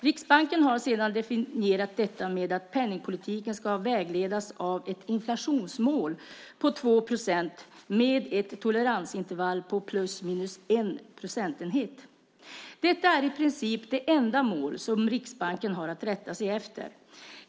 Riksbanken har sedan definierat detta som att penningpolitiken ska vägledas av ett inflationsmål på 2 procent med ett toleransintervall på ± 1 procentenhet. Detta är i princip det enda mål Riksbanken har att rätta sig efter.